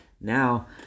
Now